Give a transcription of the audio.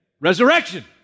Resurrection